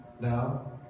now